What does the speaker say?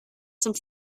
some